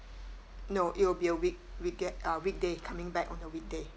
no it will be a week week uh weekday coming back on a weekday